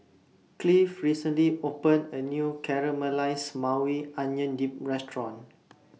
Cleave recently opened A New Caramelized Maui Onion Dip Restaurant